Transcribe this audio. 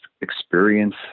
experience